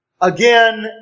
again